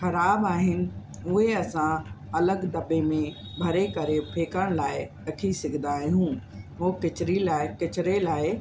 ख़राबु आहिनि उहे असां अलॻि दॿे में भरे करे फेकण लाइ रखी सघंदा आहियूं उहो किचिरे लाइ किचिरे लाइ